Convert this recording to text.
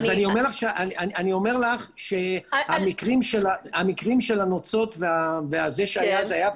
אז אני אומר לך שהמקרים של הנוצות וזה שהיה זה היה פעמיים.